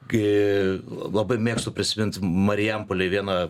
gi labai mėgstu prisimint marijampolėj vieną